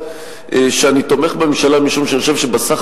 ויודע שאני תומך בממשלה משום שאני חושב שבסך